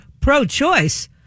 pro-choice